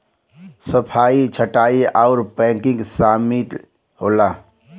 सफाई छंटाई आउर पैकिंग सामिल होला